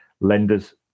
lenders